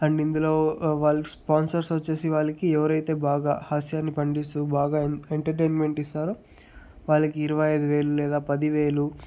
and ఇందులో వాళ్ళ sponsors వచ్చేసి వాళ్ళకి ఎవరైతే బాగా హాస్యాన్ని పండిస్తూ బాగా ఎంటర్టైన్మెంట్ ఇస్తారో వాళ్ళకి ఇరవై ఐదు వేలు లేదా పది వేలు